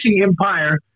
empire